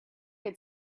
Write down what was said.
sure